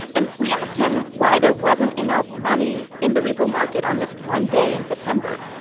and we asked him why there wasn't enough money in the repo market on this one day in september.